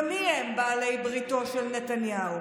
ומיהם בעלי בריתו של נתניהו?